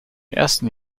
ersten